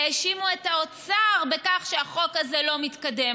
והאשימו את האוצר בכך שהחוק הזה לא מתקדם.